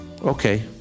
Okay